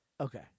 Okay